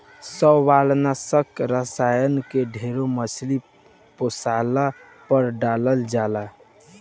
शैवालनाशक रसायन के ढेर मछली पोसला पर डालल जाला